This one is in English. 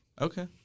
Okay